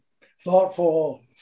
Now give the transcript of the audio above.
thoughtful